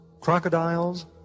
crocodiles